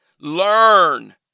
Learn